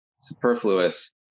superfluous